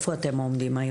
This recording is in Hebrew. איפה אתם עומדים היום?